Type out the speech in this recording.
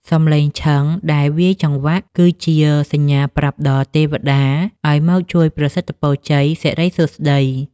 សំឡេងឈឹងដែលវាយចង្វាក់ គឺជាសញ្ញាប្រាប់ដល់ទេវតាឱ្យមកជួយប្រសិទ្ធពរជ័យសិរីសួស្ដី។